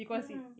mmhmm